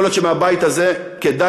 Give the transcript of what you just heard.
יכול להיות שמהבית הזה כדאי,